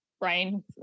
brain